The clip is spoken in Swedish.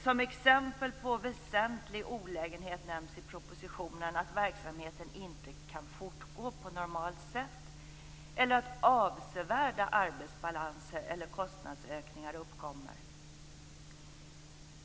Som exempel på väsentlig olägenhet nämns i propositionen att verksamheten inte kan fortgå på normalt sätt eller att avsevärda arbetsbalanser eller kostnadsökningar uppkommer.